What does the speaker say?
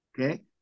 okay